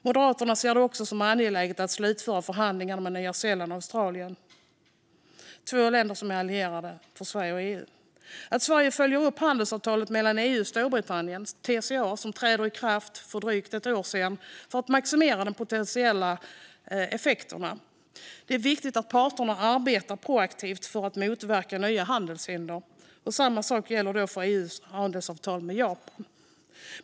Moderaterna ser det också som angeläget att slutföra förhandlingarna med Nya Zeeland och Australien. Detta är två länder som är allierade med Sverige och EU. Sverige bör följa upp det handelsavtal mellan EU och Storbritannien, TCA, som trädde i kraft för drygt ett år sedan för att maximera de potentiella effekterna. Det är viktigt att parterna arbetar proaktivt för att motverka nya handelshinder. Samma sak gäller för EU:s handelsavtal med Japan.